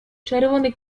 czerwony